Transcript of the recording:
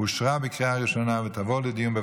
התשפ"ד 2023,